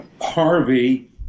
Harvey